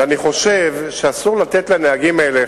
ואני חושב שאסור לתת לנהגים האלה,